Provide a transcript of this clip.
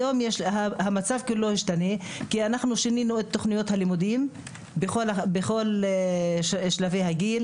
היום המצב השתנה כי שינינו את תוכניות הלימודים בכל הגילים.